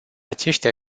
aceștia